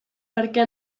perquè